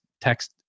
text